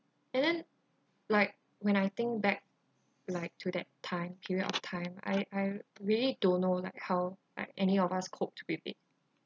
and then like when I think back like to that time period of time I I really don't know like how like any of us coped with it